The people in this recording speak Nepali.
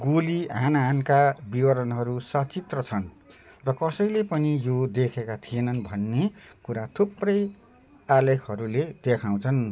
गोली हानाहानका विवरणहरू सचित्र छन् र कसैले पनि यो देखेका थिएनन् भन्ने कुरा थुप्रै आलेखहरूले देखाउँछन्